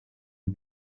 die